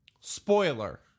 spoiler